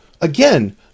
again